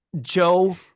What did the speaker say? Joe